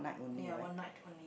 ya one night only